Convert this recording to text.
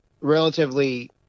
relatively